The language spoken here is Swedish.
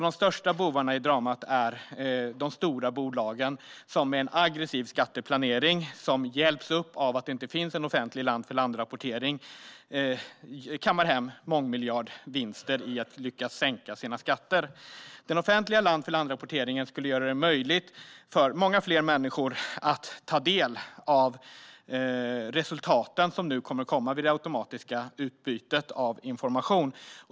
De största bovarna i dramat är de stora bolagen som med en aggressiv skatteplanering, som hjälps av att det inte finns en offentlig land-för-land-rapportering, kammar hem mångmiljardvinster genom att lyckas sänka sina skatter. Den offentliga land-för-land-rapporteringen skulle göra det möjligt för många fler människor att ta del av resultaten som nu kommer att komma med det automatiska utbytet av information.